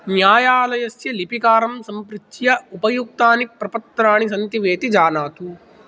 न्यायालयस्य लिपिकारं सम्पृच्छ्य उपयुक्तानि प्रपत्राणि सन्ति वेति जानातु